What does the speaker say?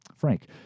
frank